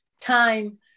time